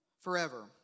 Forever